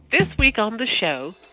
this week on the show,